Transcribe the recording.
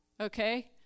Okay